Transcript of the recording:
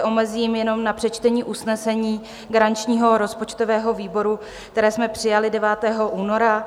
Omezím se jenom na přečtení usnesení garančního rozpočtového výboru, které jsme přijali 9. února.